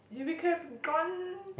if we could have gone